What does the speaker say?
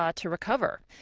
ah to recover.